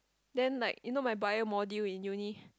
then like you know my bio module in Uni